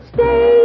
Stay